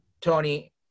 Tony